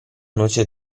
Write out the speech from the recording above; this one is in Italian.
noce